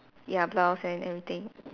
ya blouse and everything